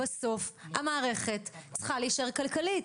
בסוף המערכת צריכה להישאר כלכלית.